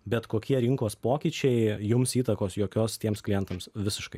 bet kokie rinkos pokyčiai jums įtakos jokios tiems klientams visiškai